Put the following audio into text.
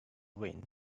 win